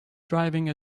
driving